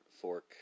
Fork